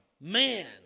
man